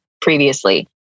previously